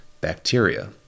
bacteria